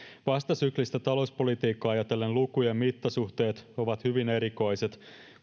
vastasyklistä talouspolitiikkaa ajatellen lukujen mittasuhteet ovat hyvin erikoiset